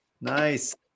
Nice